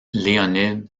leonid